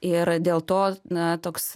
ir dėl to na toks